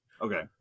Okay